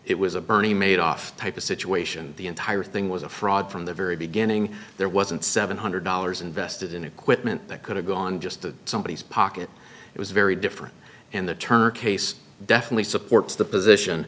it was a bernie made off type of situation the entire thing was a fraud from the very beginning there wasn't seven hundred dollars invested in equipment that could have gone just to somebody's pocket it was very different and the turner case definitely supports the position